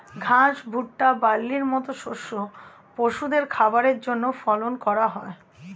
ঘাস, ভুট্টা, বার্লির মত শস্য পশুদের খাবারের জন্যে ফলন করা হয়